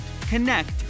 connect